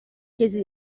chiese